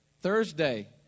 Thursday